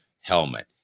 helmet